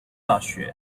大学